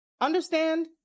understand